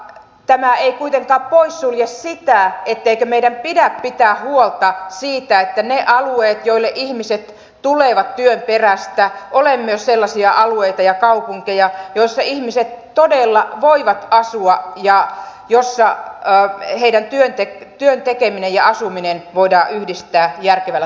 tämä ei kuitenkaan poissulje sitä etteikö meidän pidä pitää huolta siitä että ne alueet joille ihmiset tulevat työn perässä myös ovat sellaisia alueita ja kaupunkeja missä ihmiset todella voivat asua ja missä heidän työntekemisensä ja asumisensa voidaan yhdistää järkevällä tavalla